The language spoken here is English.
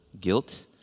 guilt